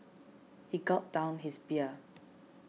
he gulped down his beer